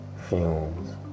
Fumes